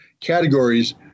categories